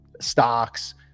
stocks